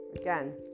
again